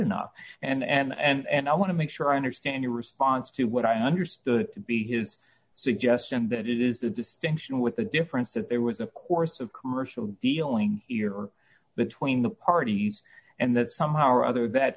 enough and i want to make sure i understand your response to what i understood to be his suggestion that it is the distinction with the difference if there was a course of commercial dealing here between the parties and that somehow or other that